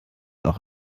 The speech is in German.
auch